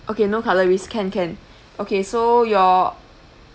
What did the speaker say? okay no calories can can okay so your